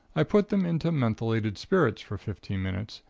i put them into methylated spirits for fifteen minutes,